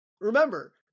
Remember